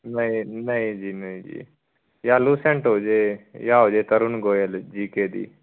ਨਹੀਂ ਨਹੀਂ ਜੀ ਨਹੀਂ ਜੀ ਜਾਂ ਲੂਅਸੈਂਟ ਹੋ ਜੇ ਜਾ ਹੋ ਜੇ ਤਰੁਣ ਗੋਇਲ ਜੀਕੇ ਦੀ